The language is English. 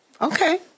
Okay